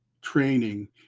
training